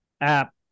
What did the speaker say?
app